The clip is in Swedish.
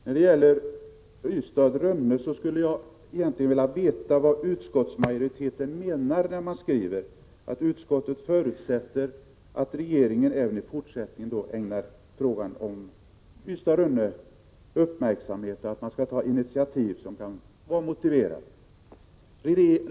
När det gäller Ystad— Rönne skulle jag vilja veta vad utskottsmajoriteten egentligen menar när man skriver att utskottet förutsätter att regeringen även i fortsättningen ägnar frågan om Ystad— Rönne uppmärksamhet och att man tar de initiativ som kan vara motiverade. Regeringen har ju tagit — Prot.